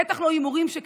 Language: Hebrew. בטח לא עם הורים שכאלה: